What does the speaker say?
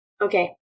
Okay